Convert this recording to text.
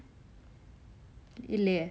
இல்லையே:illaye